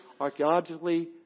archaeologically